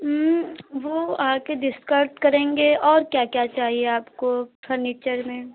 वह आकर डिस्कस करेंगे और क्या क्या चाहिए आपको फर्निचर में